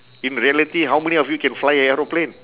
in reality how many of you can fly aeroplane